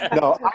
No